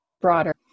broader